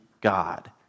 God